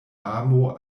amo